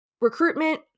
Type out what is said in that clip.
recruitment